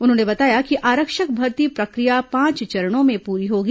उन्होंने बताया कि आरक्षक भर्ती प्रक्रिया पांच चरणों में पूरी होगी